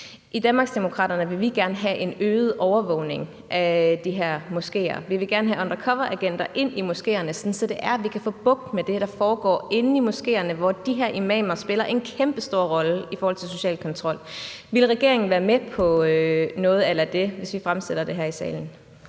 I Danmarksdemokraterne vil vi gerne have en øget overvågning af de her moskéer. Vi vil gerne have undercoveragenter ind i moskéerne, sådan at vi kan få bugt med det, der foregår inde i moskéerne, hvor de her imamer spiller en kæmpestor rolle i forhold til social kontrol. Ville regeringen være med på noget a la det, hvis vi fremsætter det her i salen?